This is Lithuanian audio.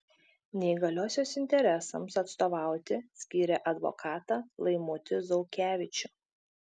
neįgaliosios interesams atstovauti skyrė advokatą laimutį zaukevičių